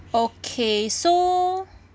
okay so